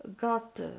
got